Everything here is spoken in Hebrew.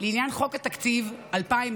לעניין חוק התקציב 2024,